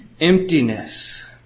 emptiness